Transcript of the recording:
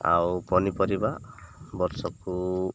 ଆଉ ପନିପରିବା ବର୍ଷକୁ